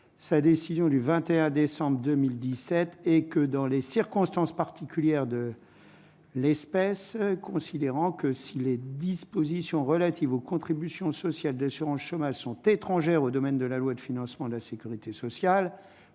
sa décision du 21 décembre 2017 et que dans les circonstances particulières de l'espèce, considérant que, si les dispositions relatives aux contributions sociales d'assurance-chômage sont étrangères au domaine de la loi de financement de la Sécurité sociale,